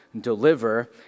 Deliver